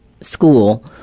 school